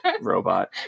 Robot